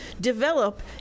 develop